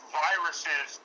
viruses